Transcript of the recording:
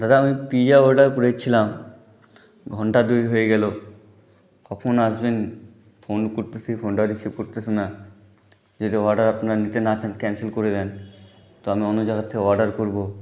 দাদা আমি pizza order করেছিলাম ঘন্টা দুয়েক হয়ে গেল কখন আসবেন ফোন করছি ফোনটা রিসিভ করছে না যেহেতু অর্ডার আপনারা নিতে না চান তবে ক্যান্সেল করে দিন তো আমি অন্য জায়গা থেকে অর্ডার করব